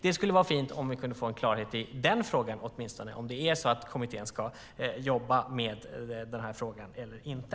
Det skulle vara fint om vi kunde få klarhet i den frågan åtminstone. Ska kommittén jobba med den här frågan eller inte?